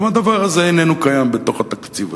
גם הדבר הזה איננו קיים בתוך התקציב הזה,